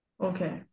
Okay